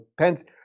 Pence